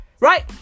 Right